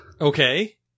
Okay